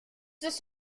this